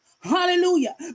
hallelujah